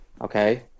okay